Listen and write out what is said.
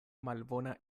malbona